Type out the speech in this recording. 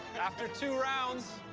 after two rounds,